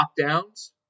lockdowns